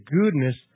goodness